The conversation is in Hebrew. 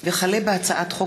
לדיון מוקדם: החל בהצעת חוק